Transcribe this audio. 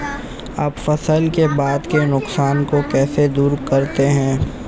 आप फसल के बाद के नुकसान को कैसे दूर करते हैं?